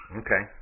okay